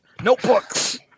Notebooks